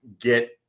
get